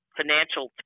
financial